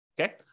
okay